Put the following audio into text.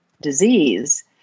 disease